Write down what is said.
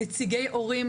נציגי הורים,